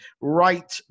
right